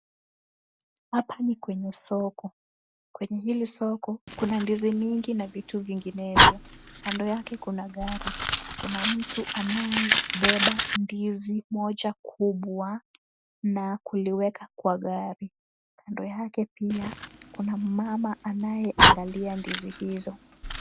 Hapa ni kwenye soko. Kwenye hili soko kuna ndizi mingi na vitu vinginevyo. Kando yake kuna gari. Kuna mtu anayebeba ndizi moja kubwa, na kuliweka kwa gari. Kando yake pia, kuna mmama anayeangalia ndizi hizo.